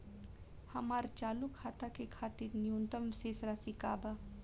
हमार चालू खाता के खातिर न्यूनतम शेष राशि का बा?